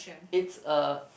it's a